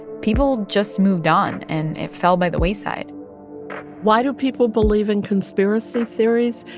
people just moved on. and it fell by the wayside why do people believe in conspiracy theories?